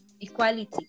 equality